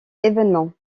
événement